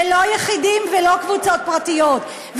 ולא יחידים ולא קבוצות פרטיות.